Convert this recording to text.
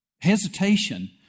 hesitation